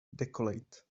decollete